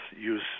use